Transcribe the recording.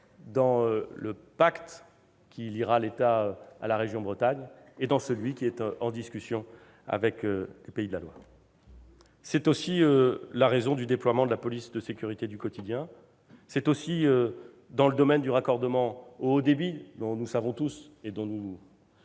dans le pacte qui liera l'État à la région Bretagne et dans celui qui est en discussion avec les Pays de la Loire. C'est aussi la raison du déploiement de la police de sécurité du quotidien. C'est aussi, dans le domaine du raccordement au haut débit, dont nous discutons souvent de